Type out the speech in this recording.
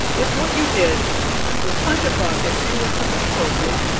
if what you did was punch a clock and do what somebody told you,